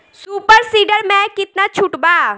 Super seeder मै कितना छुट बा?